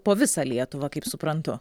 po visą lietuvą kaip suprantu